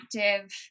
active